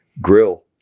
grill